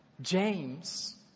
James